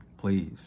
please